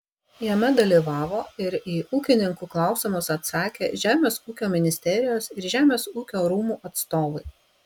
jame dalyvavo ir į ūkininkų klausimus atsakė žemės ūkio ministerijos ir žemės ūkio rūmų atstovai